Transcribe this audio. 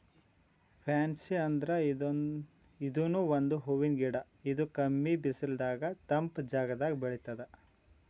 fancy ಅಂದ್ರ ಇದೂನು ಒಂದ್ ಹೂವಿನ್ ಗಿಡ ಇದು ಕಮ್ಮಿ ಬಿಸಲದಾಗ್ ತಂಪ್ ಜಾಗದಾಗ್ ಬೆಳಿತದ್